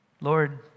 Lord